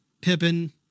Pippen